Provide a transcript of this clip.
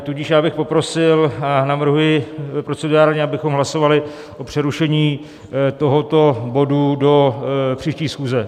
Tudíž bych poprosil, navrhuji procedurálně, abychom hlasovali o přerušení tohoto bodu do příští schůze.